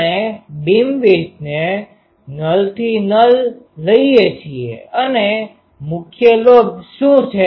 આપણે બીમવિડ્થને નલથી નલ લઈએ છીએ અને મુખ્ય લોબ્સ શું છે